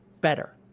better